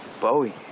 Bowie